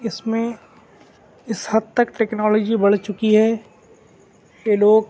اس میں اس حد تک ٹکنالوجی بڑھ چکی ہے کہ لوگ